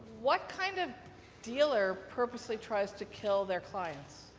what kind of dealer purposely tries to kill their clients.